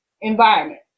environment